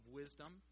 wisdom